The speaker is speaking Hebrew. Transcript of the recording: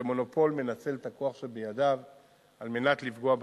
שמונופול מנצל את הכוח שבידיו על מנת לפגוע בציבור,